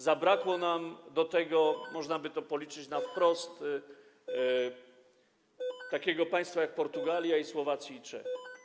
Zabrakło nam do tego, można by to policzyć wprost, takiego państwa jak Portugalia, jak Słowacja, jak Czechy.